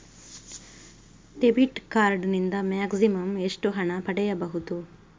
Debit card ನಿಂದ maximum ಎಷ್ಟು ಹಣ ಪಡೆಯಬಹುದು?